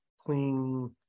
clean